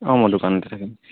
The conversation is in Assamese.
অঁ মই দোকানতে থাকিম